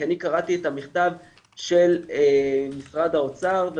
כי אני קראתי את המכתב של משרד האוצר.